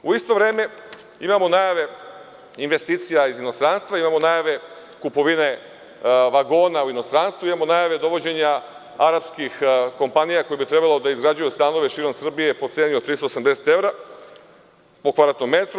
U isto vreme, imamo najave investicija iz inostranstva, imamo najave kupovine vagona u inostranstvu, imamo najave dovođenja arapskih kompanija koje bi trebalo da izgrađuju stanove širom Srbije po ceni od 380 evra po kvadratnom metru.